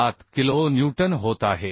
7 kilo newton होत आहे